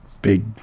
Big